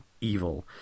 evil